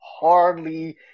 hardly